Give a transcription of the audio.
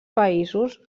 països